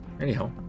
Anyhow